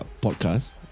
podcast